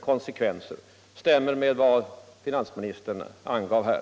konsekvenser stämmer med vad finansministern angav.